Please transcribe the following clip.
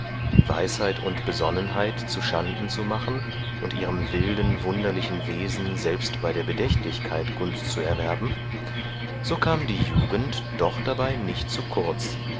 weisheit und besonnenheit zuschanden zu machen und ihrem wilden wunderlichen wesen selbst bei der bedächtlichkeit gunst zu erwerben so kam die jugend doch dabei nicht zu kurz